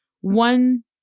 one